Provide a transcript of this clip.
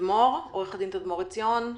עו"ד תדמור עציון,